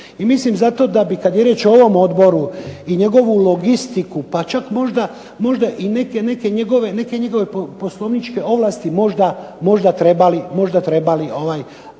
I mislim da bi kada je riječ o ovom odboru i njegovu logistiku i neke njegove poslovničke ovlasti možda trebali